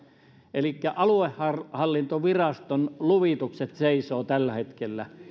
elikkä aluehallintoviraston luvitukset seisovat tällä hetkellä